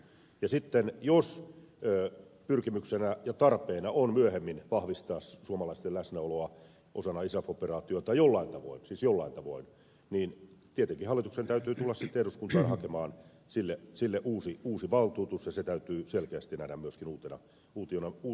ja sitten jos pyrkimyksenä ja tarpeena on myöhemmin vahvistaa suomalaisten läsnäoloa osana isaf operaatiota jollain tavoin siis jollain tavoin niin tietenkin hallituksen täytyy tulla sitten eduskuntaan hakemaan sille uusi valtuutus ja se täytyy selkeästi nähdä myöskin uutena missiona